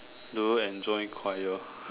do you enjoy choir